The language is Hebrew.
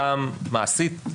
גם מעשית,